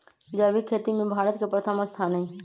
जैविक खेती में भारत के प्रथम स्थान हई